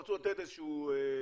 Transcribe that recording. רצו לתת איזה שהוא סכום